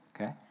okay